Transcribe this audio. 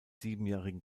siebenjährigen